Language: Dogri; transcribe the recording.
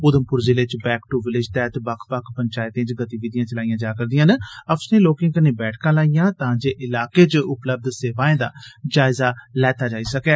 उधमपुर जिले इच 'बैक दू विलेज' तैह्त बक्ख बक्ख पंचैतें इच गतिविधियां चलाईयां जा'रदियां न अफसरें लोकें कन्नै बैठकां लाईयां तां जे इलाकें इच उपलब्ध सेवाएं दा जायजा लैता जाई सकै